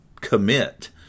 commit